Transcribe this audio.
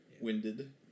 Winded